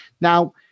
Now